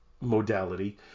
modality